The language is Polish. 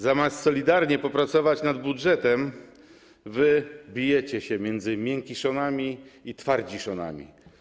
Zamiast solidarnie popracować nad budżetem, bijecie się między miękiszonami i twardziszonami.